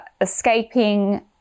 escaping